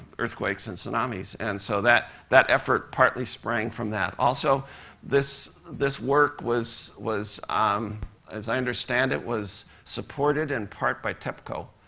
earthquakes and tsunamis. and so that that effort partly sprang from that. also this this work was was um as i understand it, was supported in part by tepco,